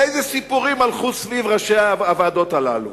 איזה סיפורים הלכו סביב ראשי הוועדות הללו,